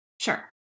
Sure